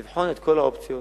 לבחון את כל האופציות